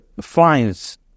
finds